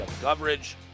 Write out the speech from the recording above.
Coverage